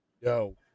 Yo